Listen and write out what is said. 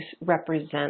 represent